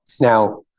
Now